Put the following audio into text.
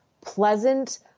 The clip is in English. pleasant